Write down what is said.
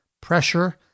pressure